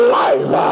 life